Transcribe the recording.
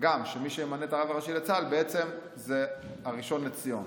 שמי שימנה את הרב הראשי לצה"ל זה הראשון לציון.